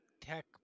tech